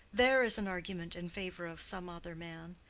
there is an argument in favor of some other man.